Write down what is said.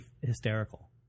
hysterical